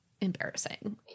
embarrassing